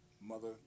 mother